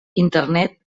internet